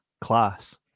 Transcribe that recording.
class